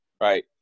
right